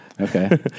Okay